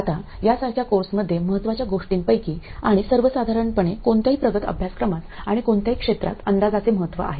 आता यासारख्या कोर्समध्ये महत्त्वाच्या गोष्टींपैकी आणि सर्वसाधारणपणे कोणत्याही प्रगत अभ्यासक्रमात आणि कोणत्याही क्षेत्रात अंदाजाचे महत्त्व आहे